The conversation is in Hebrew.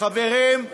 חברים,